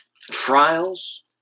trials